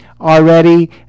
already